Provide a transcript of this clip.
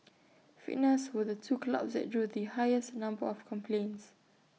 fitness were the two clouds that drew the highest number of complaints